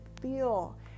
feel